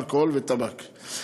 אלכוהול וטבק,